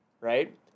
right